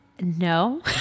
No